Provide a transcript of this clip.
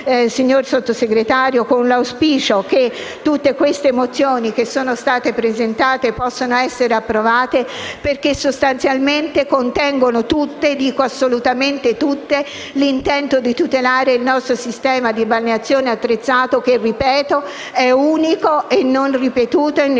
signor Vice Ministro, con l'auspicio che tutte le mozioni che sono state presentate possano essere approvate perché, sostanzialmente, contengono tutte - dico, assolutamente tutte - l'intento di tutelare il nostro sistema di balneazione attrezzato, che, ripeto, è unico e non ripetuto in nessuna